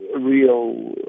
real